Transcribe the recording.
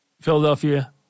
Philadelphia